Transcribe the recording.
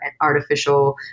artificial